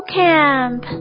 camp